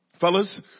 Fellas